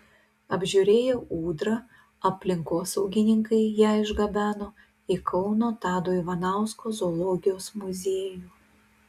apžiūrėję ūdrą aplinkosaugininkai ją išgabeno į kauno tado ivanausko zoologijos muziejų